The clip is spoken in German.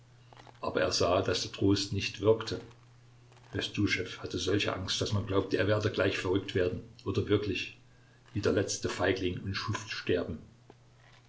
aber er sah daß der trost nicht wirkte bestuschew hatte solche angst daß man glaubte er werde gleich verrückt werden oder wirklich wie der letzte feigling und schuft sterben